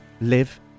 live